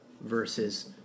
versus